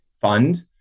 fund